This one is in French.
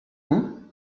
coup